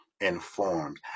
informed